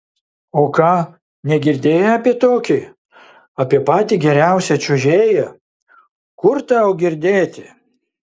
o ką negirdėjai apie tokį apie patį geriausią čiuožėją kur tau girdėti